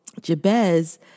Jabez